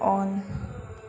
on